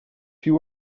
you